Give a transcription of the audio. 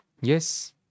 Yes